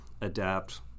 adapt